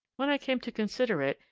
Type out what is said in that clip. when i came to consider it,